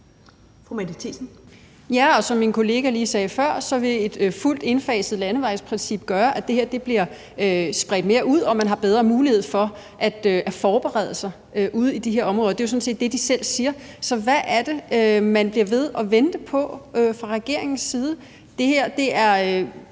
som min kollega sagde lige før, vil et fuldt indfaset landevejsprincip gøre, at det her bliver spredt mere ud og man har bedre mulighed for at forberede sig ude i de her områder. Og det er jo sådan set det, de selv siger. Så hvad er det, man bliver ved med at vente på fra regeringens side?